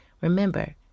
Remember